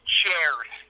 chairs